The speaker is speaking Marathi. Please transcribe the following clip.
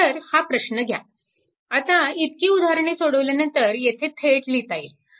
नंतर हा प्रश्न घ्या आता इतकी उदाहरणे सोडवल्यानंतर येथे थेट लिहिता येईल